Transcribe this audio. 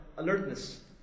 alertness